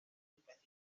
rywbeth